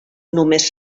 només